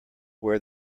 wear